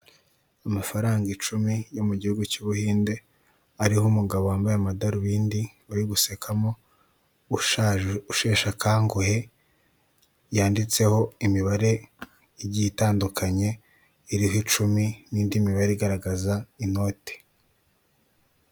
Amafaranga icumi yo mu gihugu cy' buhinde ariho umugabo wambaye amadarubindi uri gusekamo ushaje usheshe akanguhe yanditseho imibare igiye itandukanye iriho icumi n'indi mibare igaragaza inoti.